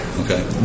Okay